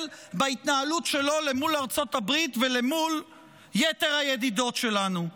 בהתנהלות שלו מול ארצות הברית ומול יתר הידידות שלנו.